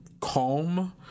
calm